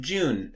June